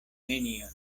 nenion